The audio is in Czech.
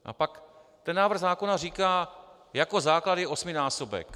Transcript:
A pak ten návrh zákona říká: jako základ je osminásobek.